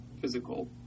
physical